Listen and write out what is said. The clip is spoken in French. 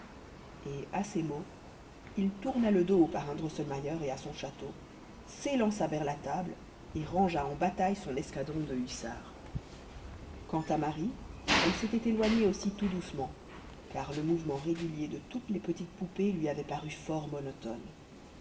et à ces mots il tourna le dos à parrain drosselmayer et à son château s'élança vers la table et rangea en bataille son escadron de hussards quant à marie elle s'était éloignée aussi tout doucement car le mouvement régulier de toutes les petites poupées lui avait paru fort monotone